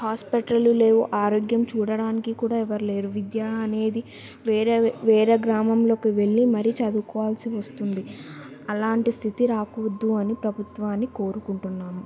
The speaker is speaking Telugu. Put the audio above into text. హాస్పిటళ్ళు లేవు ఆరోగ్యం చూడడానికి కూడా ఎవరు లేరు విద్య అనేది వేరే వేరే గ్రామంలోకి వెళ్ళి మరీ చదువుకోవాల్సి వస్తుంది అలాంటి స్థితి రాకూడదు అని ప్రభుత్వాన్ని కోరుకుంటున్నాము